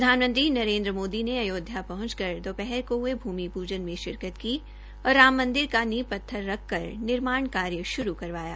प्रधानमंत्री नरेन्द्र मोदी ने अयोध्या पहंचकर पहंचकर दोपहर को हये भूमि पूजन में शिरकत की और राम मंदिर का नींव पत्थर रखकर निर्माण कार्य शुरू करवाया